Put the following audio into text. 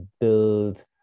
build